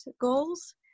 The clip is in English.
goals